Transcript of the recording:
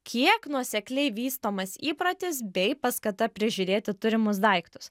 kiek nuosekliai vystomas įprotis bei paskata prižiūrėti turimus daiktus